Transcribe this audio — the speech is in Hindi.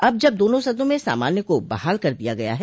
अब जब दोनों सदनों में सामान्य को बहाल कर दिया गया है